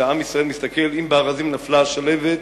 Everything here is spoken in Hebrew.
שעם ישראל מסתכל: "אם בארזים נפלה שלהבת,